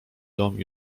dom